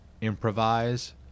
improvise